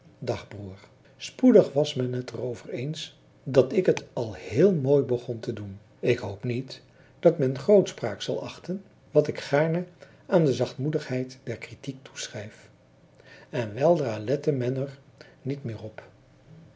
dagbroer spoedig was men het er over eens dat ik het al heel mooi begon te doen ik hoop niet dat men grootspraak zal achten wat ik gaarne aan de zachtmoedigheid der critiek toeschrijf en weldra lette men er niet meer op